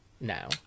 now